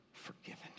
forgiven